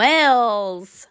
Wells